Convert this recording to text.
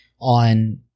on